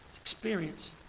experience